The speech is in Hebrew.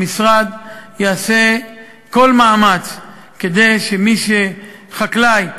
המשרד יעשה כל מאמץ כדי שחקלאי,